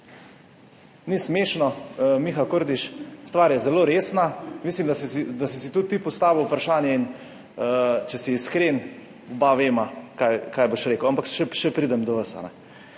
Ni smešno, Miha Kordiš, stvar je zelo resna. Mislim, da si si tudi ti postavil vprašanje, in če si iskren, oba veva, kaj boš rekel, ampak še pridem do vas.